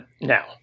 now